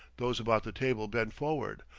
those about the table bent forward,